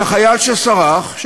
את החייל שסרח,